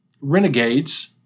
Renegades